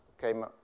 came